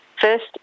first